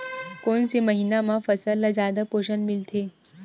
कोन से महीना म फसल ल जादा पोषण मिलथे?